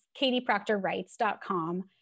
katieproctorwrites.com